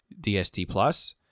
dsdplus